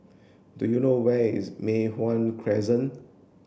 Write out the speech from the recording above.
do you know where is Mei Hwan Crescent